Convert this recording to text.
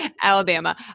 Alabama